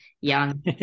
young